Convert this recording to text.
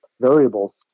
variables